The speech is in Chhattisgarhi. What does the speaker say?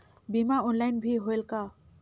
बीमा ऑनलाइन भी होयल का?